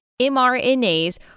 mRNAs